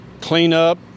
cleanup